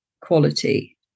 quality